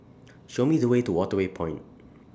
Show Me The Way to Waterway Point